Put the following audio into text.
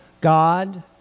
God